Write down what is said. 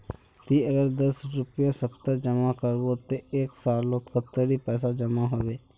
ती अगर दस रुपया सप्ताह जमा करबो ते एक सालोत कतेरी पैसा जमा होबे बे?